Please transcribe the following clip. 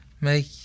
make